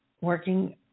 working